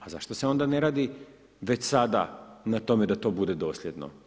A zašto se onda ne radi već sada na tome da to bude dosljedno?